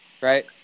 Right